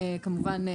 כמובן,